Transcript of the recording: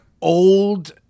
old